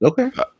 Okay